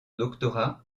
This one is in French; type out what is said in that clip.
doctorat